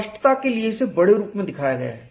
स्पष्टता के लिए इसे बड़े रूप में दिखाया गया है